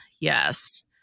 Yes